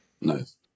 nice